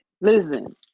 listen